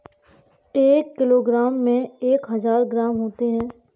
एक किलोग्राम में एक हजार ग्राम होते हैं